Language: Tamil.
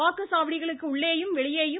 வாக்குச்சாவடிகளுக்கு உள்ளேயும் வெளியேயும்